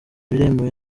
biremewe